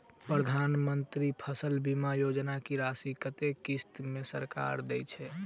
प्रधानमंत्री फसल बीमा योजना की राशि कत्ते किस्त मे सरकार देय छै?